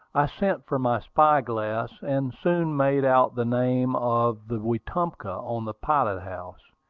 i sent for my spy-glass, and soon made out the name of the wetumpka on the pilot-house.